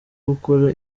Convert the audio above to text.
gukora